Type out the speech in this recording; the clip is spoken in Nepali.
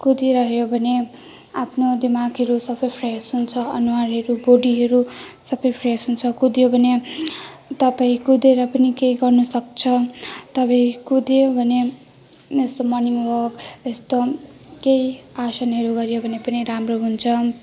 कुदिरह्यो भने आफ्नो दिमागहरू सबै फ्रेस हुन्छ अनुहारहरू बोडीहरू सबै फ्रेस हुन्छ कुदियो भने तपाईँ कुदेर पनि केही गर्नुसक्छ तपाईँ कुद्यो भने यस्तो मर्निङ वाक यस्तो केही आसनहरू गरियो भने पनि राम्रो हुन्छ